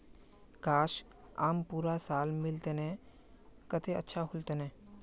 काश, आम पूरा साल मिल तने कत्ते अच्छा होल तने